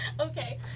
Okay